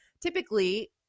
typically –